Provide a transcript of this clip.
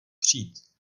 přijít